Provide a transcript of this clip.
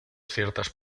ciertas